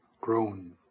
grown